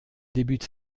débute